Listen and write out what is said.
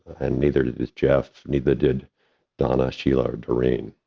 and neither did jeff, neither did donna, sheila, or doreen.